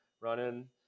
running